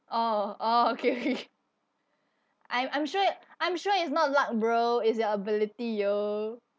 oh oh okay I'm I'm sure I'm sure it's not luck bro is your ability yo